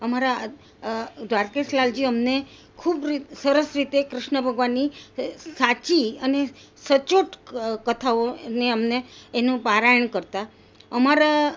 અમારા દ્વારકેશ લાલજી અમને ખૂબ રીતે સરસ રીતે ક્રિશ્ન ભગવાનની સાચી અને સચોટ કથાઓ એમને અમને એનું પારાયણ કરતા અમારા